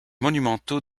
monumentaux